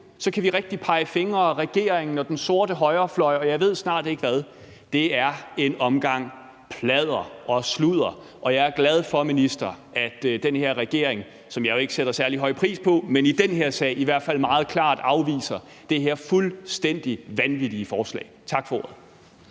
så kan vi rigtig pege fingre ad regeringen og den sorte højrefløj, og jeg ved snart ikke hvad. Det er en omgang pladder og sludder, og jeg er glad for, minister, at den her regering, som jeg ikke sætter særlig høj pris på, i den her sag i hvert fald meget klart afviser det her fuldstændig vanvittige forslag. Tak for ordet.